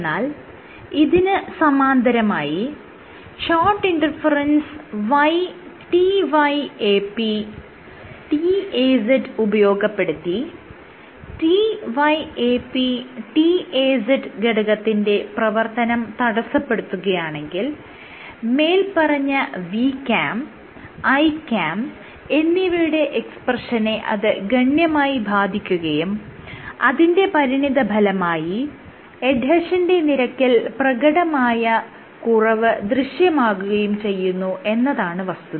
എന്നാൽ ഇതിന് സമാന്തരമായി siYTYAPTAZ ഉപയോഗപ്പെടുത്തി TYAPTAZ ഘടകത്തിന്റെ പ്രവർത്തനം തടസ്സപ്പെടുത്തുകയാണെങ്കിൽ മേല്പറഞ്ഞ VCAM ICAM എന്നിവയുടെ എക്സ്പ്രെഷനെ അത് ഗണ്യമായി ബാധിക്കുകയും അതിന്റെ പരിണിതഫലമായി എഡ്ഹെഷന്റെ നിരക്കിൽ പ്രകടമായ കുറവ് ദൃശ്യമാകുകയും ചെയ്യുന്നു എന്നതാണ് വസ്തുത